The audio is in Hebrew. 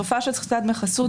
התופעה של סחיטת דמי חסות